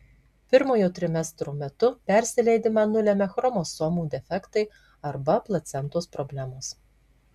pirmojo trimestro metu persileidimą nulemia chromosomų defektai arba placentos problemos